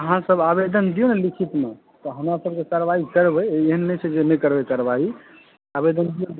अहाँसभ आवेदन दियौ ने लिखितमे तऽ हमरासभके कार्रवाही करबै एहन नहि छै जे नहि करबै कार्रवाही आवेदन दियौ